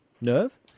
nerve